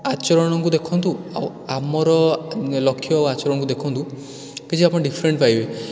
ଆଚରଣକୁ ଦେଖନ୍ତୁ ଆଉ ଆମର ଲକ୍ଷ୍ୟ ଆଉ ଆଚରଣକୁ ଦେଖନ୍ତୁ କିଛି ଆପଣ ଡିଫ୍ରେଣ୍ଟ୍ ପାଇବେ